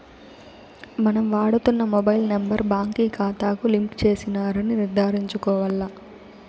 మనం వాడుతున్న mobile number బాంకీ కాతాకు లింక్ చేసినారని నిర్ధారించుకోవాల్ల